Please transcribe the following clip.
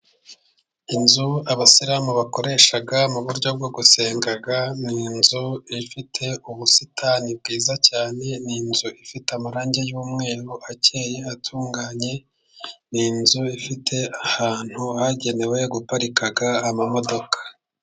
Inzu abasilamu bakoresha mu buryo bwo gusenga, n'inzu ifite ubusitani bwiza cyane, ni inzu ifite amarangi y'umweru akeye atunganye, n'inzu ifite ahantu hagenewe guparika amamodoka.